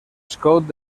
scout